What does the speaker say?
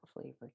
flavor